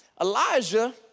Elijah